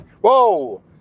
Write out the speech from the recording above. Whoa